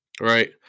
Right